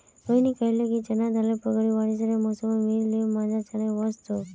रोहिनी कहले कि चना दालेर पकौड़ी बारिशेर मौसमत मिल ल मजा कि चनई वस तोक